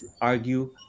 argue